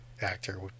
actor